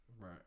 Right